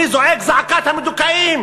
אני זועק את זעקת המדוכאים,